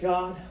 God